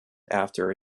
after